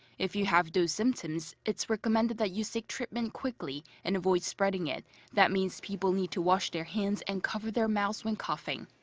if you have those symptoms, it's recommended that you seek treatment quickly. and avoid spreading it that means people need to wash their hands and cover their mouths when coughing.